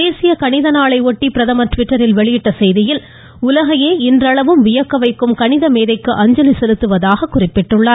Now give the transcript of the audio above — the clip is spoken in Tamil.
தேசிய கணித நாளையொட்டி பிரதமர் ட்விட்டரில் வெளியிட்டுள்ள செய்தியில் உலகையே இன்றளவும் வியக்க வைக்கும் கணித மேதைக்கு அஞ்சலி செலுத்துவதாக குறிப்பிட்டுள்ளார்